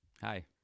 Hi